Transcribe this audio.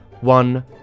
one